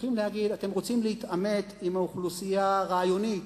צריכים להגיד: אתם רוצים להתעמת עם האוכלוסייה רעיונית?